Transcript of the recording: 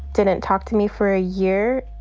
didn't talk to me for a year